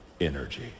energy